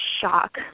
shock